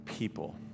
people